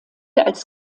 als